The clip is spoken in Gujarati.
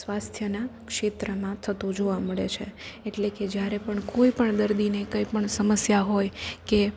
સ્વાસ્થયના ક્ષેત્રમાં થતો જોવા મળે છે એટલે કે જ્યારે પણ કોઈ પણ દર્દીને કંઈ પણ સમસ્યા હોય કે